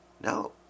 No